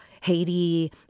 Haiti